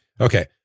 Okay